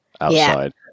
outside